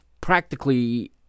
practically